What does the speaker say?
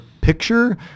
picture